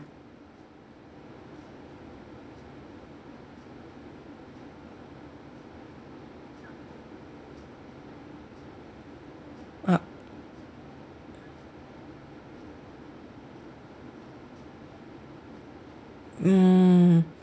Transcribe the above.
a'ah mm